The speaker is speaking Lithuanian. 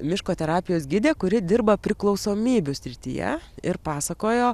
miško terapijos gidė kuri dirba priklausomybių srityje ir pasakojo